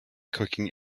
cooking